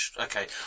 Okay